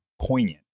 poignant